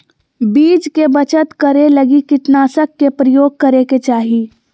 बीज के बचत करै लगी कीटनाशक के प्रयोग करै के चाही